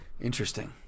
Interesting